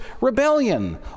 rebellion